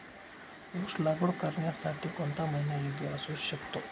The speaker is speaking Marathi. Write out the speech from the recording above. ऊस लागवड करण्यासाठी कोणता महिना योग्य असू शकतो?